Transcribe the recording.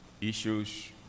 Issues